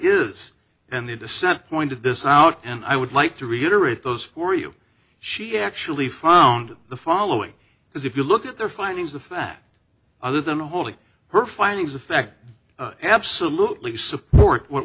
is and the dissent pointed this out and i would like to reiterate those for you she actually found the following because if you look at their findings of fact other than holding her findings affect absolutely support what